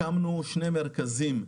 הקמנו שני מרכזים: